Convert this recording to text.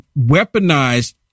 weaponized